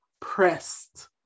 pressed